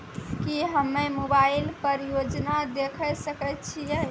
की हम्मे मोबाइल पर योजना देखय सकय छियै?